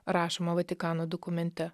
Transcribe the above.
rašoma vatikano dokumente